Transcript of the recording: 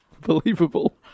believable